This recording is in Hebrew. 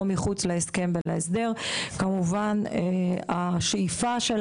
או מחוץ להסכם ולהסדר.